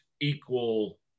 equal